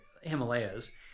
Himalayas